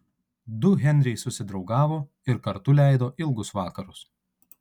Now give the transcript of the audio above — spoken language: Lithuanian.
du henriai susidraugavo ir kartu leido ilgus vakarus